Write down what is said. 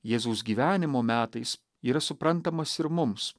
jėzaus gyvenimo metais yra suprantamas ir mums